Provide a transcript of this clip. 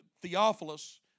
Theophilus